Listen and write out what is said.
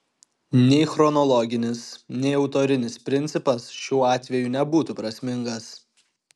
nei chronologinis nei autorinis principas šiuo atveju nebūtų prasmingas